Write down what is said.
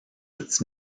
its